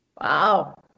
Wow